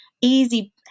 easy